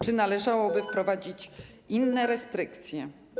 Czy należałoby wprowadzić inne restrykcje?